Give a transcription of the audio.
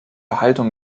haltung